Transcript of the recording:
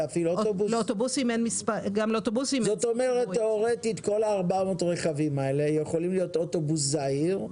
זה יכול להיות אוטובוס זעיר,